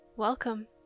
welcome